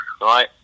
right